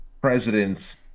presidents